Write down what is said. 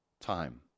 time